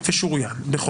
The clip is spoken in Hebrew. ממש ברמה של ההליך?